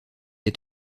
est